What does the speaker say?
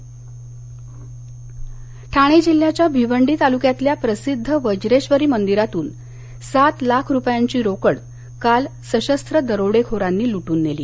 दरोडा ठाणे जिल्ह्याच्या भिवंडी तालुक्यातल्या प्रसिद्ध वज्रेश्वरी मंदिरातून सात लाख रुपयांची रोकड काल सशस्त्र दरोडेखोरांनी लुट्रन नेली